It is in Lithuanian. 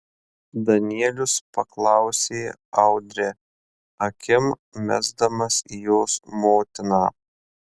danielius paklausė audrę akim mesdamas į jos motiną